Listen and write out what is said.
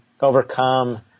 overcome